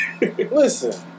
listen